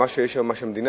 מה שיש למדינה,